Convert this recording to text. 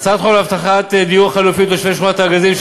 הצעת חוק להבטחת דיור חלופי לתושבי שכונת הארגזים,